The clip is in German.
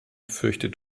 fürchtet